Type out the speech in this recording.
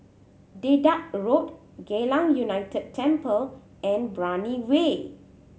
Dedap Road Geylang United Temple and Brani Way